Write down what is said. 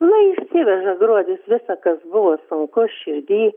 lai išsiveža gruodis visa kas buvo sunku širdy